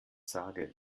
sage